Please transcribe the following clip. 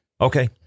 Okay